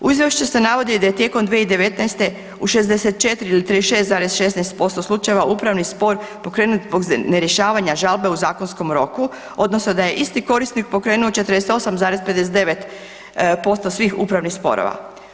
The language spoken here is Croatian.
U izvješću se navodi da je tijekom 2019. u 64 ili 36,16% slučajeva upravni spor pokrenut zbog nerješavanja žalbe u zakonskom roku odnosno da je isti korisnik pokrenuo 48,59% svih upravnih sporova.